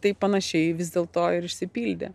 taip panašiai vis dėl to ir išsipildė